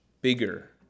bigger